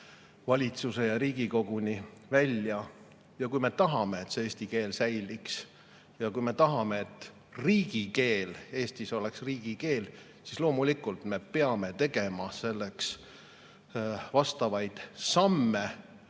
valitsuse ja Riigikoguni välja. Ja kui me tahame, et eesti keel säiliks, kui me tahame, et riigikeel Eestis oleks eesti keel, siis loomulikult me peame astuma selleks vastavaid samme.